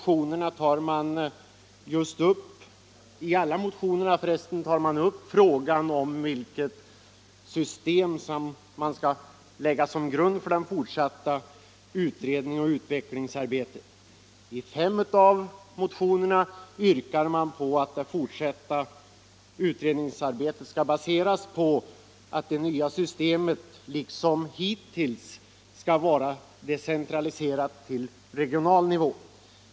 I alla motionerna tar man upp frågan vilket system som skall läggas till grund för det fortsatta utredningsoch utvecklingsarbetet. I fem av motionerna yrkas på att det fortsatta utredningsarbetet skall baseras på att det nya systemet decentraliseras till regional nivå, liksom hittills varit fallet.